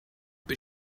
but